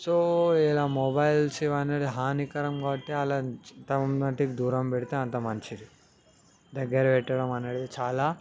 so ఇలా mobiles ఇవన్నీ హానికరం కాబట్టి వాళ్ళని ఎంత మంచిగా దూరం పెడితే అంత మంచిది దగ్గర పెట్టడం అనేటిది చాలా